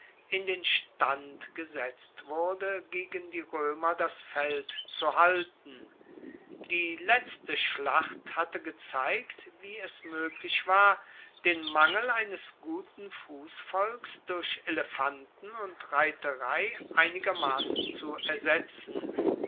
in den stand gesetzt wurde gegen die roemer das feld zu halten die letzte schlacht hatte gezeigt wie es moeglich war den mangel eines guten fussvolks durch elefanten und reiterei einigermassen zu ersetzen